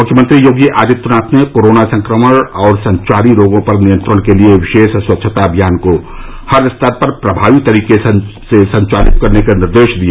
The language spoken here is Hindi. मुख्यमंत्री योगी आदित्यनाथ ने कोरोना संक्रमण और संचारी रोगों पर नियंत्रण के लिए विशेष स्वच्छता अभियान को हर स्तर पर प्रभावी तरीके से संचालित करने के निर्देश दिए